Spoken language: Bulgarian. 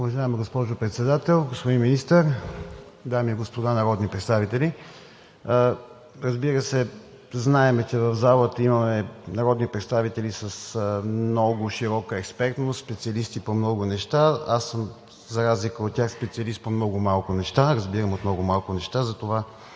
Уважаема госпожо Председател, господин Министър, дами и господа народни представители! Разбира се, знаем, че в залата имаме народни представители с много широка експертност, специалисти по много неща. Аз, за разлика от тях, съм специалист по много малко неща, разбирам от много малко неща, затова